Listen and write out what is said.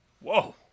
Whoa